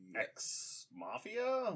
Ex-mafia